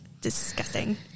disgusting